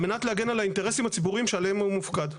מנת להגן על האינטרסים הציבוריים שעליהם הוא מופקד.